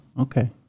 okay